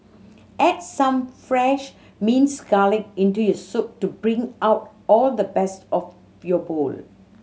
add some fresh minced garlic into your soup to bring out all the best of your bowl